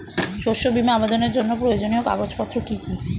শস্য বীমা আবেদনের জন্য প্রয়োজনীয় কাগজপত্র কি কি?